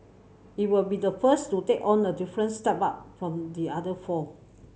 it will be the first to take on a different setup from the other four